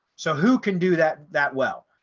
so who can do that? that? well,